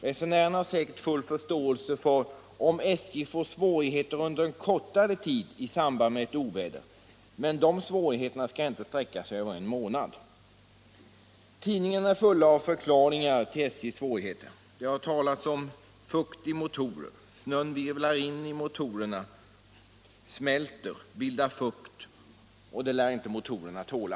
Resenärerna har säkert 1 februari 1977 full förståelse om SJ får svårigheter under en kortare tid isambanFd med = ett oväder, men svårigheterna skall inte sträcka sig över en månad. Om pendeltågstra Tidningarna är fulla av förklaringar till SJ:s svårigheter. Det har talats = fiken i Storstock om fukt i motorer — snön virvlar in i dem, smälter och bildar fukt, holm och det lär inte motorerna tåla.